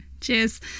Cheers